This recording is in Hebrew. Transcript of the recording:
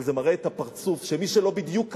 אבל זה מראה את הפרצוף שמי שלא בדיוק כמוני,